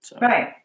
right